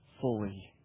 fully